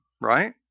right